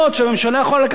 שהממשלה יכולה לקחת משם כסף.